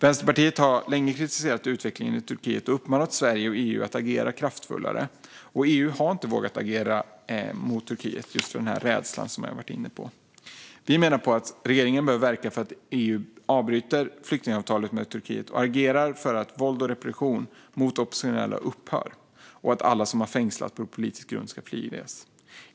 Vänsterpartiet har länge kritiserat utvecklingen i Turkiet och uppmanat Sverige och EU att agera kraftfullare. EU har inte vågat agera mot Turkiet just av den här rädslan som jag har varit inne på. Vi menar att regeringen bör verka för att EU avbryter flyktingavtalet med Turkiet och agerar för att våld och repression mot oppositionella upphör samt att alla som fängslats på politisk grund friges.